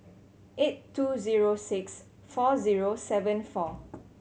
eight two zero six four zero seven four